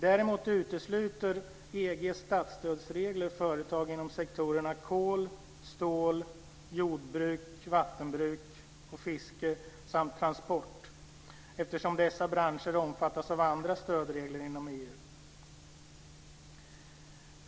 Däremot utesluter EG:s statsstödsregler företag inom sektorerna kol, stål, jordbruk, vattenbruk, och fiske samt transport, eftersom dessa branscher omfattas av andra stödregler inom EU.